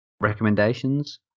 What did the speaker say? recommendations